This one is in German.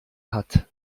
hat